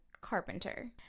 Carpenter